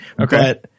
Okay